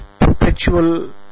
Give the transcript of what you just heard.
perpetual